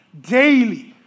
daily